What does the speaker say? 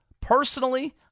Personally